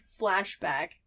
flashback